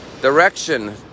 direction